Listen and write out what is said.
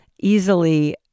easily